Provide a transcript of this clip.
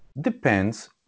Depends